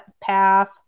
Path